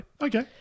Okay